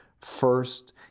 first